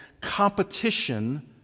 competition